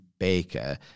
Baker